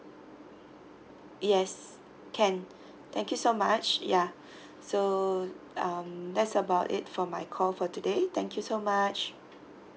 yes can thank you so much yeah so um that's about it for my call for today thank you so much